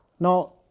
Now